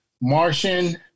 Martian